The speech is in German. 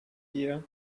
ihr